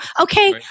Okay